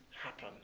happen